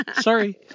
Sorry